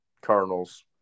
Cardinals